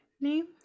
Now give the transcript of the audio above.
name